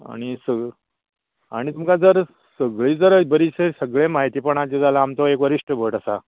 आनी स आनी तुमकां जर सगळीं जर बरी जर सगळें म्हायतीपणाचें जाल्या आमचो एक वरिश्ट भट आसा